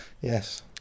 yes